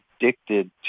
addicted